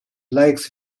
lakes